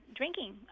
drinking